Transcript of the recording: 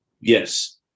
Yes